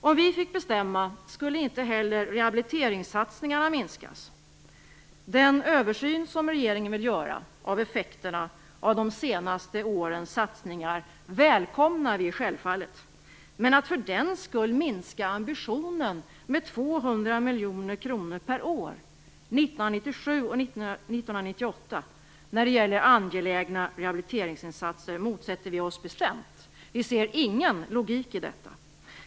Om vi fick bestämma skulle inte heller rehabiliteringssatsningarna minskas. Den översyn som regeringen vill göra av effekterna av de senaste årens satsningar välkomnar vi självfallet. Men att man för den skull minskar ambitionen med 200 miljoner kronor per år 1997 och 1998 när det gäller angelägna rehabiliteringsinsatser motsätter vi oss bestämt. Vi ser ingen logik i detta.